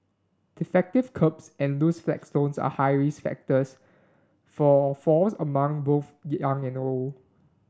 defective kerbs and loose flagstones are high risk factors for falls among both young and old